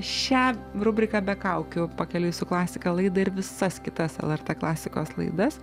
šią rubriką be kaukių pakeliui su klasika laidą ir visas kitas lrt klasikos laidas